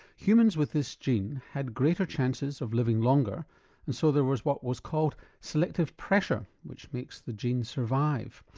humans with this gene had greater chances of living longer and so there was what was called selective pressure which makes the gene survive.